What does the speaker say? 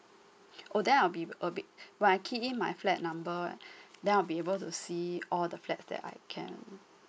oh then I'll be uh bit~ when I key in my flat number then I'll be able to see all the flats that I can